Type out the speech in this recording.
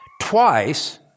twice